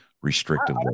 restrictive